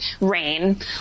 rain